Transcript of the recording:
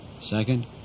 second